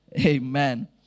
Amen